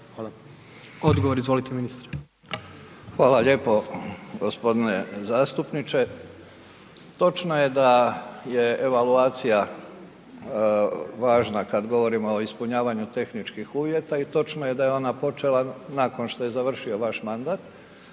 Davor (HDZ)** Hvala lijepo gospodine zastupniče, točno je da je evaluacija važna kad govorimo o ispunjavanju tehničkih uvjeta i točno je da je ona počela nakon što je završio vaš mandat,